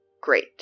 great